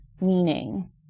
meaning